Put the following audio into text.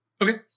Okay